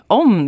om